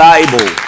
Bible